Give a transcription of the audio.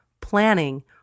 planning